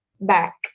back